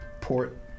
port